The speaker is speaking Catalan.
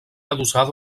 adossada